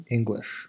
English